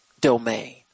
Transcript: domain